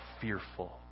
fearful